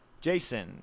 Jason